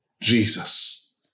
Jesus